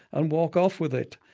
and walk off with it.